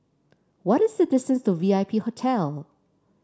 what is the distance to V I P Hotel